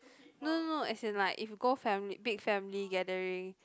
no no no as in like if you go family big family gathering